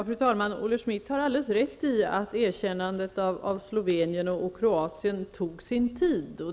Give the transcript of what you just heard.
Fru talman! Olle Schmidt har alldeles rätt i att erkännandet av Slovenien och Kroatien tog sin tid.